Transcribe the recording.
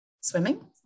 Swimming